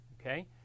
okay